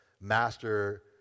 master